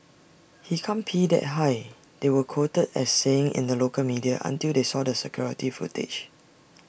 he can't pee that high they were quoted as saying in the local media until they saw the security footage